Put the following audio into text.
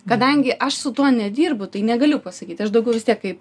kadangi aš su tuo nedirbu tai negaliu pasakyti aš daugiau vis tiek kaip